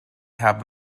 habe